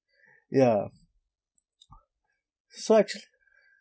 ya so actually